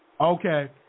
Okay